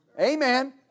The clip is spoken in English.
Amen